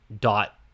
dot